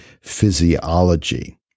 Physiology